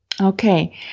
Okay